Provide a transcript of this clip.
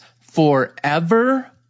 forever